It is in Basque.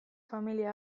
familia